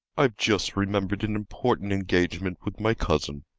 i've just remembered an important engagement with my cousin,